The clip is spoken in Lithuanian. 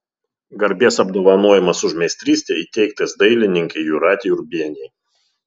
garbės apdovanojimas už meistrystę įteiktas dailininkei jūratei urbienei